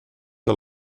are